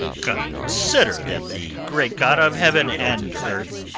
consider that the great god of heaven and earth,